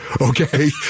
Okay